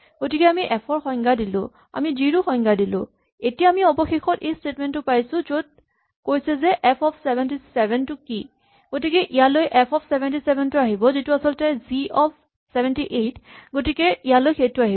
গতিকে আমি এফ ৰ সংজ্ঞা দিলো আমি জি ৰো সংজ্ঞা দিলো এতিয়া আমি অৱশেষত এইটো স্টেটমেন্ট পাইছো য'ত কৈছে যে এফ অফ ৭৭ টো কি গতিকে ইয়ালৈ এফ অফ ৭৭ টো আহিব যিটো আচলতে জি অফ ৭৮ গতিকে ইয়ালৈ সেইটো আহিব